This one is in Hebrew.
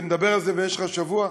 ונדבר על זה במשך השבוע,